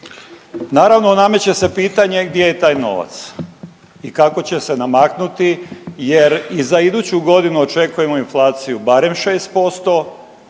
Naravno nameće se pitanje gdje je taj novac i kako će se namaknuti, jer i za iduću godinu očekujemo inflaciju barem 6%.